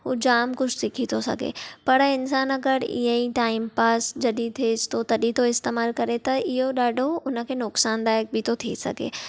हू जाम कुझु सिखी थो सघे पर इन्सानु अगरि इएं ई टाइम पास जॾहिं थियेसि थो तॾहिं थो इस्तेमाल करे त इहो ॾाढो हुनखे नुक़सानु दाइकु बि थो थी सघे